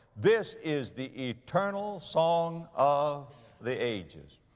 this is the eternal song of the ages.